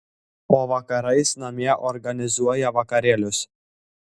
o vakarais namie organizuoja vakarėlius